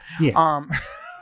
Yes